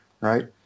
right